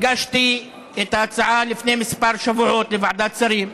הגשתי את ההצעה לפני כמה שבועות לוועדת שרים,